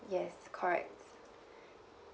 yes correct